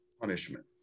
punishment